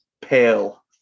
pale